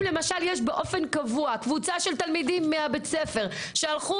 אם יש באופן קבוע קבוצה של תלמידים מבית הספר שהלכו